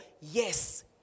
Yes